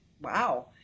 wow